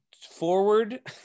forward